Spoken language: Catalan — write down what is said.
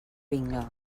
vinga